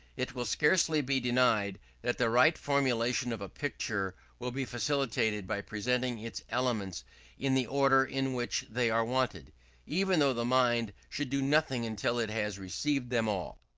it will scarcely be denied that the right formation of a picture will be facilitated by presenting its elements in the order in which they are wanted even though the mind should do nothing until it has received them all.